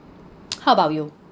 how about you